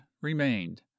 remained